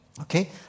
Okay